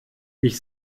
mich